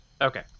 Okay